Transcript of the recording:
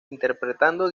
interpretando